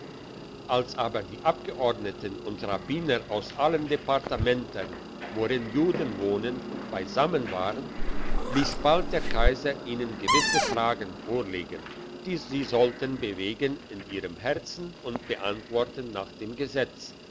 als aber die abgeordneten und rabbiner aus allen departementern worin juden wohnen beisammen waren liess bald der kaiser ihnen gewisse fragen vorlegen die sie sollten bewegen in ihrem herzen und beantworten nach dem gesetz